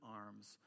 arms